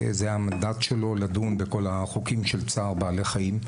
זה המנדט שלו לדון בכל החוקים של צער בעלי חיים.